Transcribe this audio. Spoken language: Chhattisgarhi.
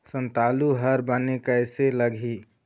संतालु हर बने कैसे लागिही?